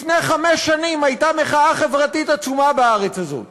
לפני חמש שנים הייתה מחאה חברתית עצומה בארץ הזאת